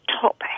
top